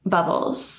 Bubbles